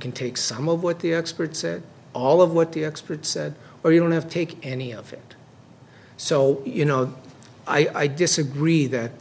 can take some of what the expert said all of what the expert said or you don't have to take any of it so you know i disagree that